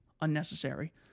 unnecessary